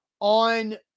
on